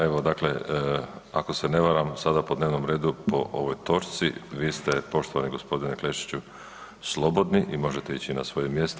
Evo dakle ako se ne varam sada po dnevnom redu po ovoj točci vi ste poštovani gospodine Klešiću slobodni i možete ići na svoje mjesto.